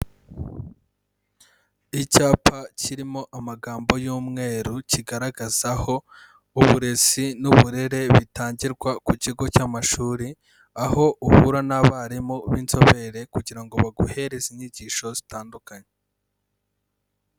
Icyapa kirimo amagambo y'umweru kigaragazaho uburezi n'uburere bitangirwa ku kigo cy'amashuri, aho uhura n'abarimu b'inzobere kugira ngo baguhereze inyigisho zitandukanye.